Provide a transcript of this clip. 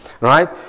Right